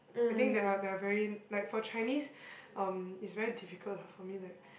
I think they are they are very like for Chinese um it's very difficult lah for me like